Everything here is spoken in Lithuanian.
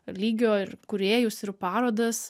lygio ir kūrėjus ir parodas